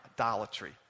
idolatry